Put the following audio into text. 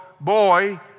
boy